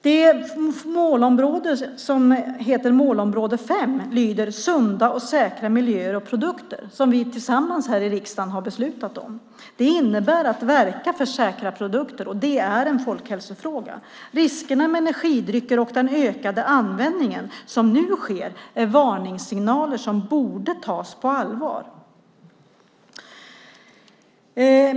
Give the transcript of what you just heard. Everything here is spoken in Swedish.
Det målområde som är målområde 5 lyder Sunda och säkra miljöer och produkter. Det är något som vi tillsammans här i riksdagens har beslutet om. Det innebär att vi ska verka för säkra produkter, och det är en folkhälsofråga. Riskerna med energidrycker och den ökade användningen som nu sker är varningssignaler som borde tas på allvar.